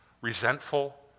resentful